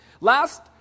Last